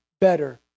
better